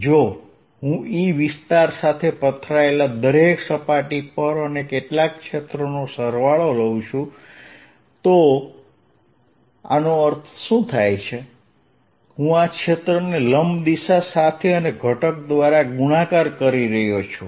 જો હું E વિસ્તાર સાથે પથરાયેલા દરેક સપાટી પર અને કેટલાક ક્ષેત્રોનો સરવાળો લઉં છું તો આનો અર્થ શું થાય છે હું આ ક્ષેત્રને લંબ દિશા સાથે અને ઘટક દ્વારા ગુણાકાર કરી રહ્યો છું